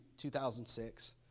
2006